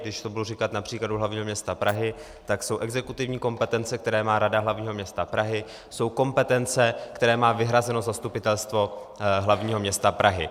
Když to budu říkat na příkladu hlavního města Prahy, tak jsou exekutivní kompetence, která má Rada hlavního města Prahy, jsou kompetence, které má vyhrazeno Zastupitelstvo hlavního města Prahy.